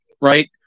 right